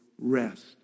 rest